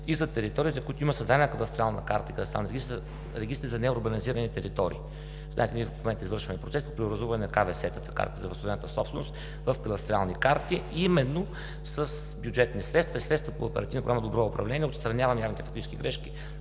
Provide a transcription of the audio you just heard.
и за територии, за които има създадена кадастрална карта и кадастрални регистри за неурбанизирани територии. Знаете, ние в момента извършваме процес по преобразуване на КВС-та – карти за възстановената собственост, в кадастрални карти и именно с бюджетни средства и средства по оперативна програма „Добро управление“ отстраняваме явните фактически грешки